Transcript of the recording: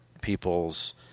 people's